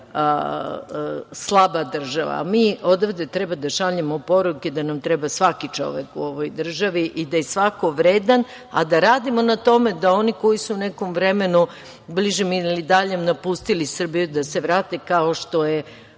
slaba država. Mi odavde treba da šaljemo poruke da nam treba svaki čovek u ovoj državi i da je svako vredan, a da radimo na tome da oni koji su u nekom vremenu bližem ili daljem napustili Srbiju da se vrate, kao što je